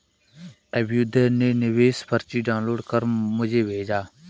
अभ्युदय ने निवेश पर्ची डाउनलोड कर मुझें भेजा